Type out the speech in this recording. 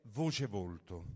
voce-volto